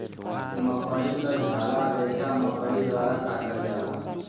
मकड़ी क झाला रेसा मकड़ी द्वारा काटल जाला